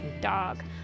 dog